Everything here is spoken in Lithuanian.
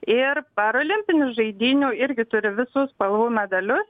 ir parolimpinių žaidynių irgi turi visų spalvų medalius